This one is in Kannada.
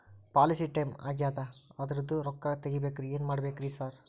ಪಾಲಿಸಿ ಟೈಮ್ ಆಗ್ಯಾದ ಅದ್ರದು ರೊಕ್ಕ ತಗಬೇಕ್ರಿ ಏನ್ ಮಾಡ್ಬೇಕ್ ರಿ ಸಾರ್?